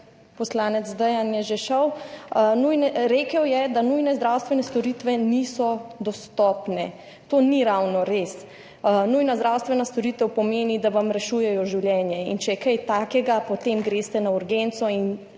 poslanec Dejan je že šel. Rekel je, da nujne zdravstvene storitve niso dostopne. To ni ravno res, nujna zdravstvena storitev pomeni, da vam rešujejo življenje, in če je kaj takega, potem greste na urgenco in